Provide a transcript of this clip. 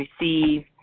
receive